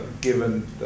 given